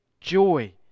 joy